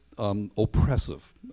Oppressive